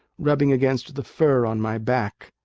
rubbing against the fur on my back.